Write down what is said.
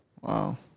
Wow